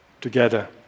together